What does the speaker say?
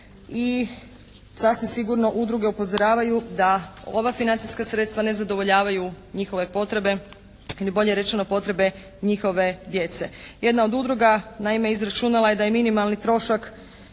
i sasvim sigurno udruge upozoravaju da ova financijska sredstva ne zadovoljavaju njihove potrebe ili bolje rečeno potrebe njihove djece. Jedna od udruga naime izračunala je da je minimalni trošak